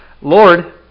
Lord